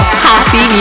Happy